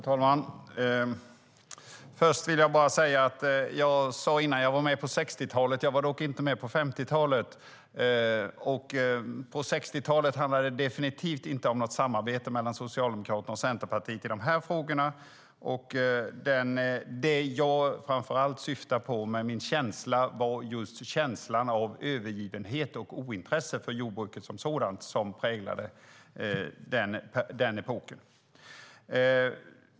Fru talman! Först vill jag säga att jag sade innan att jag var med på 60-talet men dock inte med på 50-talet. På 60-talet handlade det definitivt inte om något samarbete mellan Socialdemokraterna och Centerpartiet i de här frågorna. Det jag framför allt syftar på är just känslan av övergivenhet och ointresse för jordbruket som sådant som präglade den epoken.